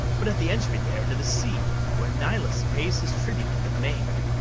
but at the entry there into the sea, where nilus pays his tribute to the main,